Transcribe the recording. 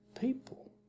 people